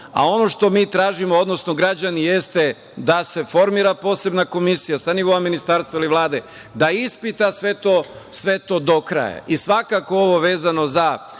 Ono što mi tražimo, odnosno građani, jeste da se formira posebna komisija sa nivoa ministarstva ili Vlade, da ispita sve to do kraja. Svakako ovo vezano za